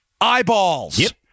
eyeballs